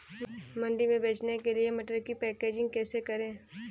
मंडी में बेचने के लिए मटर की पैकेजिंग कैसे करें?